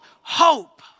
hope